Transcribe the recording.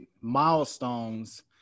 milestones